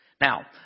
Now